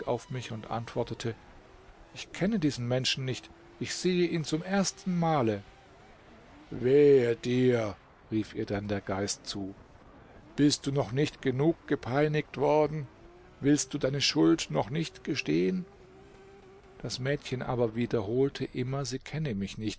auf mich und antwortete ich kenne diesen menschen nicht ich sehe ihn zum ersten male wehe dir rief ihr dann der geist zu bist du noch nicht genug gepeinigt worden willst du deine schuld noch nicht gestehen das mädchen aber wiederholte immer sie kenne mich nicht